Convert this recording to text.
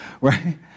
Right